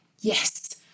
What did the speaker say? Yes